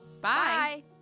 Bye